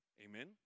Amen